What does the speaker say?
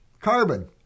Carbon